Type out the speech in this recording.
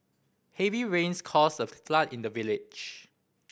heavy rains caused a flood in the village